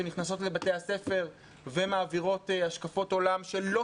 שנכנסות לבתי הספר ומעבירות השקפות עולם שלא